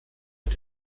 mit